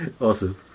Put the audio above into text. Awesome